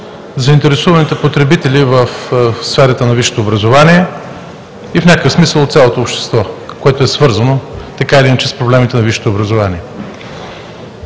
заинтересованите потребители в сферата на висшето образование и в някакъв смисъл от цялото общество, което е свързано така или иначе с проблемите на висшето образование.